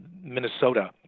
Minnesota